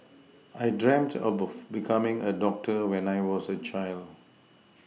I dreamt of becoming a doctor when I was a child